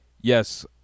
yes